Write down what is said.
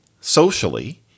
socially